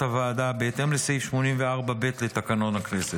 הוועדה בהתאם לסעיף 84(ב) לתקנון הכנסת.